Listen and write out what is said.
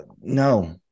No